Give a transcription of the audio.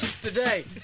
Today